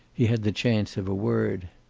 he had the chance of a word